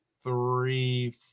three